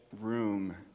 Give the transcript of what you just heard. room